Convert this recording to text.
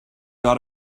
got